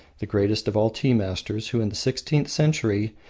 the greatest of all tea-masters, who, in the sixteenth century,